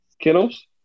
Kennels